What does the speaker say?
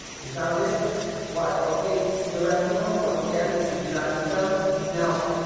you found it what i'll take the rest of them once again, we do not need them no,